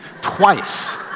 twice